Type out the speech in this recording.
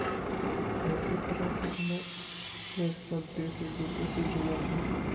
वैश्वीकरण के समय में सब देश एक दूसरे से जुड़ल हौ